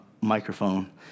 microphone